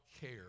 care